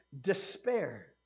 despair